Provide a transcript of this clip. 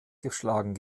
geschlagen